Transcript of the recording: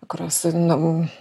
kurios nu